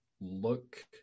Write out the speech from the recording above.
look